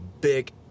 big